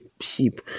sheep